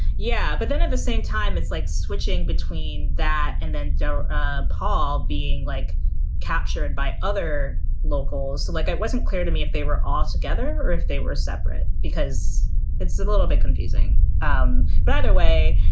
yeah. but then at the same time, it's like switching between that and then ah paul being like captured by other locals, the like. it wasn't clear to me if they were all together or if they were separate because it's a little bit confusing um right away.